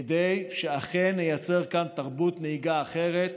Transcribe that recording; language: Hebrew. כדי שאכן נייצר כאן תרבות נהיגה אחרת,